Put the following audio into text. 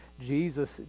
Jesus